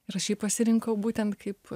ir aš jį pasirinkau būtent kaip